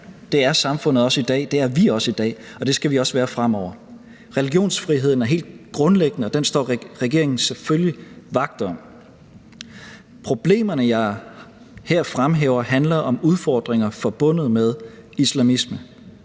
det er samfundet også i dag. Det er vi også i dag, og det skal vi også være fremover. Religionsfriheden er helt grundlæggende, og den står regeringen selvfølgelig vagt om. Problemerne, jeg her fremhæver, handler om udfordringer forbundet med islamisme,